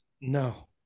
No